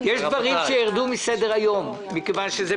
יש דברים שירדו מסדר היום מכיוון שהם